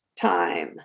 time